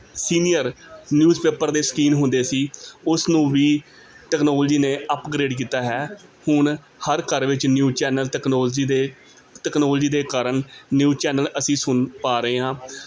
senior news paper ਦੇ ਸ਼ੌਕੀਨ ਹੁੰਦੇ ਸੀ ਉਸ ਨੂੰ ਵੀ ਟੈਕਨੋਲਜੀ ਨੇ ਅਪਗ੍ਰੇਡ ਕੀਤਾ ਹੈ ਹੁਣ ਹਰ ਘਰ ਵਿੱਚ ਨਿਊਜ਼ ਚੈਨਲ ਟੈਕਨੋਲਜੀ ਦੇ ਟੈਕਨੋਲੋਜੀ ਦੇ ਕਾਰਨ ਨਿਊਜ਼ ਚੈਨਲ ਅਸੀਂ ਸੁਣ ਪਾ ਰਹੇ ਹਾਂ